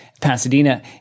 Pasadena